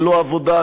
ללא עבודה,